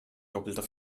doppelter